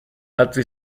altri